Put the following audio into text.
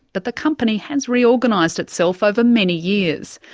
but the company has reorganised itself over many years.